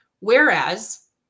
Whereas